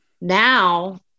now